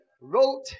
wrote